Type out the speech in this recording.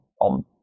on